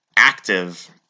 active